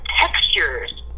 textures